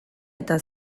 eta